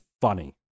funny